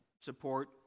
support